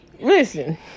Listen